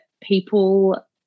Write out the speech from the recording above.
people